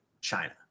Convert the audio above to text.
China